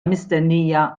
mistennija